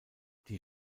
die